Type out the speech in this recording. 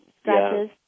scratches